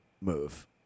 move